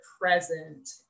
present